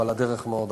אבל הדרך מאוד ארוכה.